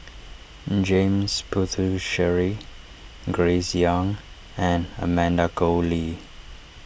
James Puthucheary Grace Young and Amanda Koe Lee